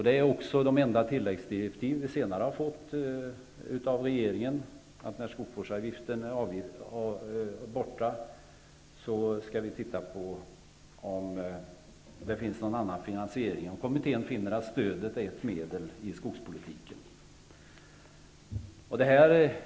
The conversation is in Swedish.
Det är också de enda tilläggsdirektiv vi har fått från regeringen, att när skogsvårdsavgiften är borta se om det finns någon annan finansiering och om kommittén finner att stödet är ett medel i skogspolitiken.